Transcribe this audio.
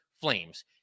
Flames